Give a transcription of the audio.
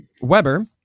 Weber